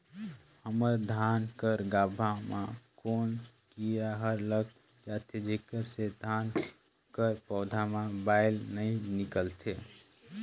हमर धान कर गाभा म कौन कीरा हर लग जाथे जेकर से धान कर पौधा म बाएल नइ निकलथे?